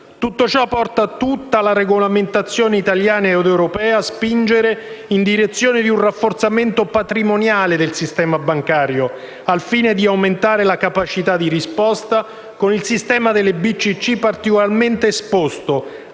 Tutto ciò porta l'intera regolamentazione italiana ed europea a spingere in direzione di un rafforzamento patrimoniale del sistema bancario, al fine di aumentare la capacità di risposta, con il sistema delle banche di credito